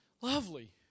lovely